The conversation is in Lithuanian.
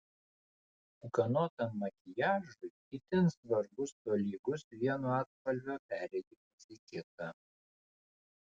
ūkanotam makiažui itin svarbus tolygus vieno atspalvio perėjimas į kitą